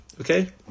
Okay